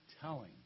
telling